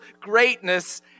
greatness